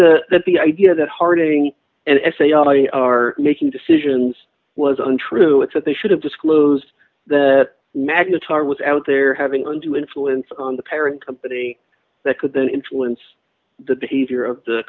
that the the idea that harding and say all are making decisions was untrue it's that they should have disclosed the magnitude was out there having to do influence on the parent company that could influence the behavior of the